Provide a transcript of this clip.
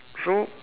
so